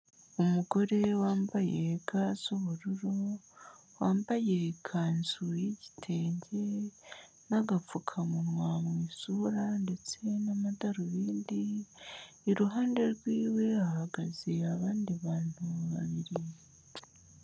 Umugore wambaye ga z'ubururu, wambaye ikanzu y'igitenge n'agapfukamunwa mu isura ndetse n'amadarubindi, iruhande rw'iwe hahagaze abandi bantu babiri.